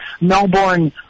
Melbourne